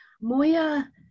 Moya